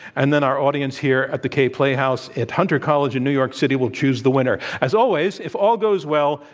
and then our audience, here at the kaye playhouse at hunter college in new york city, will choose the winner. as always, if all goes well,